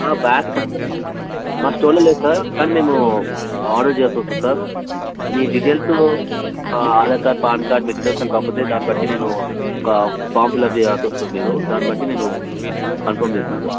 black first మా స్టోర్లో లేదు సార్ కానీ మేము ఆర్డర్ చేయాల్సి వస్తుంది సార్ మీ details Aadhaar card PAN card మీ డీటెయిల్స్ అన్ని పంపితే దాన్ని బట్టి నేను ఒక ఫామ్ ఫిలప్ చేయాల్సి వస్తుంది మీరు దాన్ని బట్టి నేను కన్ఫర్మ్ చేస్తాను